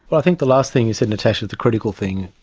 well i think the last thing you said natasha is the critical thing,